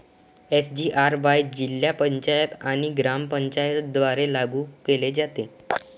SGRY जिल्हा पंचायत आणि ग्रामपंचायतींद्वारे लागू केले जाते